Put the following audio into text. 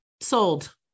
sold